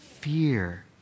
fear